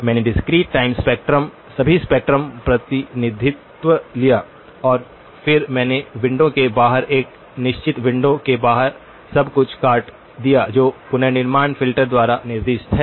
मैंने discrete time spectrum 2959 सभी spectrum प्रतिनिधित्व लिया और फिर मैंने विंडो के बाहर एक निश्चित विंडो के बाहर सब कुछ काट दिया जो पुनर्निर्माण फ़िल्टर द्वारा निर्दिष्ट है